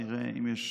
נראה אם יש